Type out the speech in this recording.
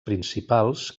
principals